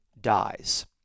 dies